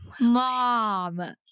Mom